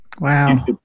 Wow